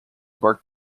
marked